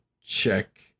check